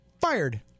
fired